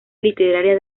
literaria